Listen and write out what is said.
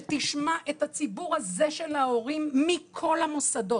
שתשמע את הציבור הזה של ההורים מכל המוסדות.